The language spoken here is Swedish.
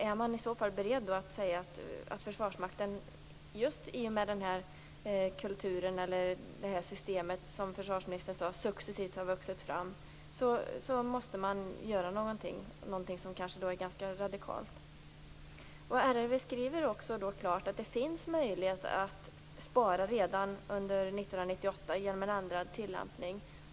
Är man i så fall beredd att säga att Försvarsmakten just i och med den här kulturen, det här systemet som försvarsministern sade successivt har vuxit fram, måste göra någonting, någonting ganska radikalt. RRV skriver klart att det finns möjligheter att spara redan 1998 genom en annan tillämpning.